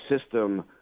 system